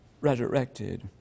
resurrected